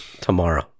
tomorrow